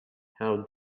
how